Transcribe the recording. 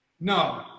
No